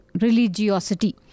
religiosity